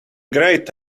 great